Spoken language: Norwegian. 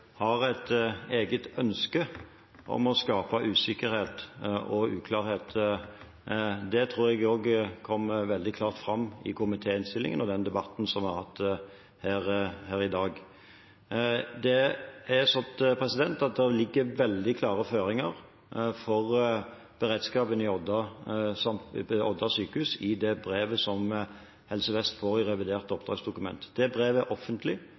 har et eget ønske om å skape usikkerhet og uklarhet. Det tror jeg kom veldig klart fram i komitéinnstillingen og i debatten vi har hatt her i dag. Det ligger veldig klare føringer for beredskapen i Odda sjukehus i det brevet som Helse Vest får i revidert oppdragsdokument. Brevet er offentlig og sendt til komiteen, og det